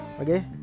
okay